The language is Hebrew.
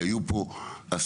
היו פה עשרות